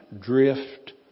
drift